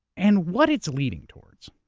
and what it's leading towards.